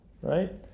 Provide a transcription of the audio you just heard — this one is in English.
right